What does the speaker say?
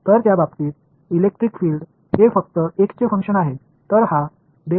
எனவே அந்த விஷயத்தில் அதிகமான மின்சார புலம் என்பது x இன் செயல்பாடு மட்டுமே